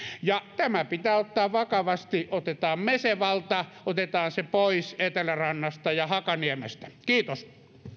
tämä pitää ottaa vakavasti otetaan se valta meille otetaan se pois etelärannasta ja hakaniemestä kiitos